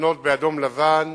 לחנות באדום-לבן,